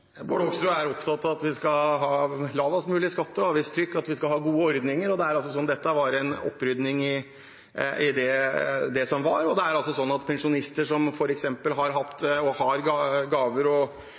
er opptatt av at vi skal ha lavest mulig skatte- og avgiftstrykk, og at vi skal ha gode ordninger. Dette var en opprydning i det som var, og det er sånn at pensjonister som f.eks. har og har hatt